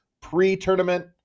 pre-tournament